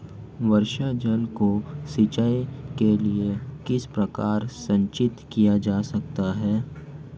वर्षा जल को सिंचाई के लिए किस प्रकार संचित किया जा सकता है?